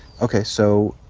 okay so.